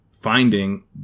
finding